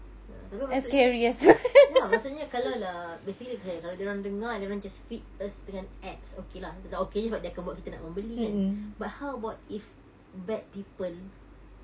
ya tapi maksudnya ya maksudnya kalau lah basically okay kalau diorang dengar diorang just feed us dengan ads okay lah tetap okay juga lah sebab dia akan buat kita nak membeli kan but how about if bad people